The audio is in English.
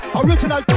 original